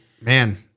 man